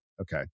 Okay